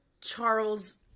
Charles